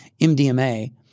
MDMA